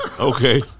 okay